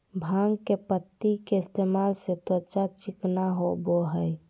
भांग के पत्ति के इस्तेमाल से त्वचा चिकना होबय हइ